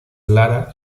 lara